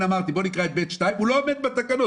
הוא לא עומד בתקנות.